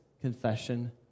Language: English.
confession